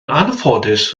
anffodus